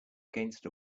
against